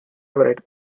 everett